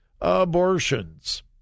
abortions